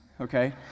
okay